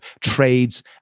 trades